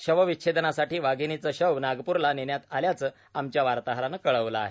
शवविच्छेदनासाठी वाघिणीचं शव नागप्रला नेण्यात आल्याचं आमच्या वार्ताहरानं कळवलं आहे